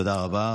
תודה רבה.